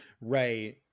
Right